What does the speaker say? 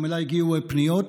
גם אליי הגיעו פניות.